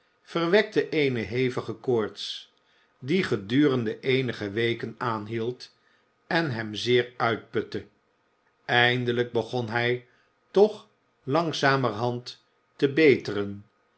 verwekte eene hevige koorts die gedurende eenige weken aanhield en hem zeer uitputte eindelijk begon hij toch langzamerhand te beteren